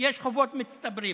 יש חובות מצטברים.